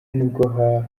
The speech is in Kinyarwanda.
nibwo